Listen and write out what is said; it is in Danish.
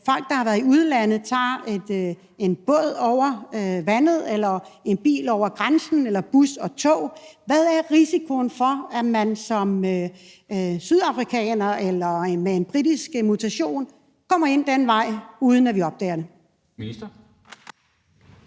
folk, der har været i udlandet, tager en båd over vandet eller en bil over grænsen eller bus og tog. Hvad er risikoen for, at en sydafrikaner eller en med den britiske mutation kommer ind den vej, uden at vi opdager det? Kl.